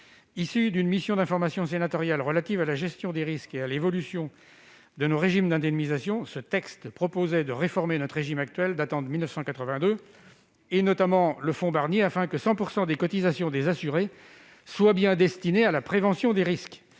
travaux d'une mission d'information sénatoriale sur la gestion des risques climatiques et l'évolution de nos régimes d'indemnisation, ce texte proposait de réformer notre régime actuel datant de 1982, notamment le fonds Barnier, afin que 100 % des cotisations des assurés soient bien destinées à la prévention des risques.